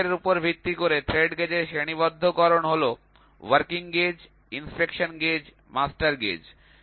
প্রয়োগের উপর ভিত্তি করে থ্রেড গেজের শ্রেণিবদ্ধকরণ হল working gauge inspection gauge master gauge